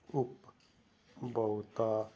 ਉਪਭੋਗਤਾ